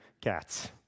cats